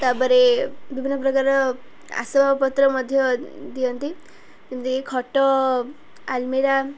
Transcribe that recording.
ତାପରେ ବିଭିନ୍ନ ପ୍ରକାର ଆସବାପତ୍ର ମଧ୍ୟ ଦିଅନ୍ତି ଖଟ ଆଲମିରା